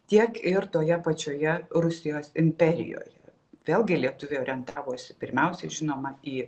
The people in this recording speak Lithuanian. tiek ir toje pačioje rusijos imperijoje vėlgi lietuviai orientavosi pirmiausiai žinoma į